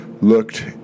looked